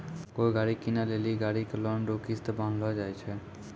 कोय गाड़ी कीनै लेली गाड़ी के लोन रो किस्त बान्हलो जाय छै